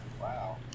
Wow